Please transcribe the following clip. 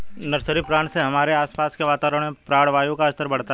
nursery plant से हमारे आसपास के वातावरण में प्राणवायु का स्तर बढ़ता है